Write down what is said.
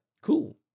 cool